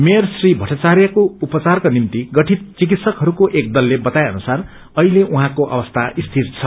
mayor Shri भट्टाचार्यको उपचारको निमित गठित चिकित्सकहरूको एक दलले बताए अनुसार अहिले उहाँको अवस्था स्थिर छ